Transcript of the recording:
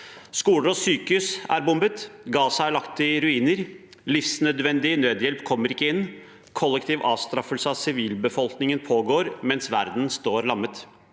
Skoler og sykehus er bombet, Gaza er lagt i ruiner og livsnødvendig nødhjelp kommer ikke inn. Det pågår en kollektiv avstraffelse av sivilbefolkningen mens verden står lammet.